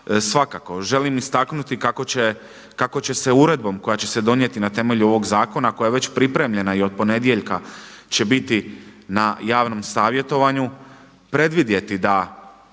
Svakako želim istaknuti kako će se uredbom koja će se donijeti na temelju ovog zakona koja je već pripremljena i od ponedjeljka će biti na javnom savjetovanju predvidjeti da